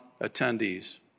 attendees